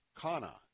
Kana